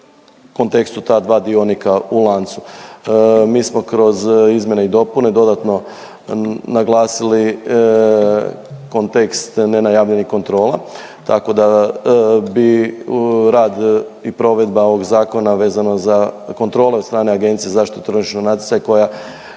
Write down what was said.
kontekstu ta dva dionika u lancu. Mi smo kroz izmjene i dopune dodatno naglasili kontekst nenajavljenih kontrola tako da bi rad i provedba ovog zakona vezano za kontrole od strane Agencije za zaštitu tržišnog natjecanja koja,